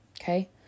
okay